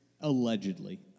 allegedly